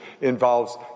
involves